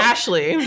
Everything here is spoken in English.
Ashley